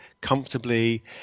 comfortably